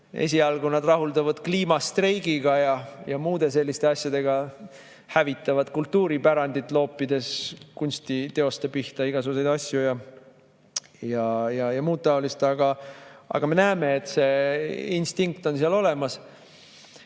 Esialgu nad rahulduvad kliimastreigiga ja muude selliste asjadega, hävitavad kultuuripärandit, loopides kunstiteoste pihta igasuguseid asju ja muud taolist. Aga me näeme, et see instinkt on seal olemas.